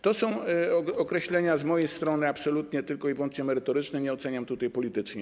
To są określenia z mojej strony absolutnie tylko i wyłącznie merytoryczne, nie oceniam tego politycznie.